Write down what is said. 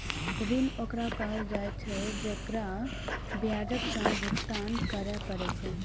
ऋण ओकरा कहल जाइ छै, जेकरा ब्याजक संग भुगतान करय पड़ै छै